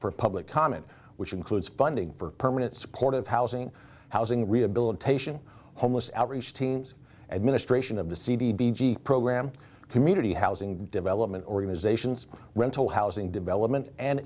for public comment which includes funding for permanent supportive housing housing rehabilitation homeless outreach teams and ministration of the cd program community housing development organizations rental housing development and